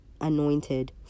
anointed